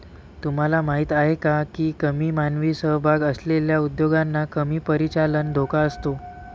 तुम्हाला माहीत आहे का की कमी मानवी सहभाग असलेल्या उद्योगांना कमी परिचालन धोका असतो?